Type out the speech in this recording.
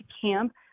camp